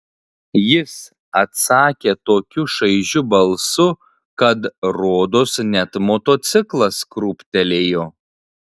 jis atsakė tokiu šaižiu balsu kad rodos net motociklas krūptelėjo